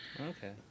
okay